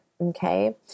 okay